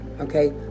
okay